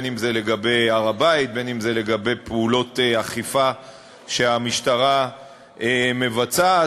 אם לגבי הר-הבית ואם לגבי פעולות אכיפה שהמשטרה מבצעת.